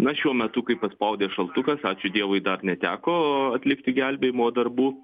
na šiuo metu kai paspaudė šaltukas ačiū dievui dar neteko atlikti gelbėjimo darbų